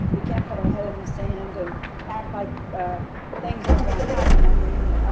we can't put our head in the sand and act like things aren't gonna happen. i mean,